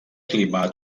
clima